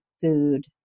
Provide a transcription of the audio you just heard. food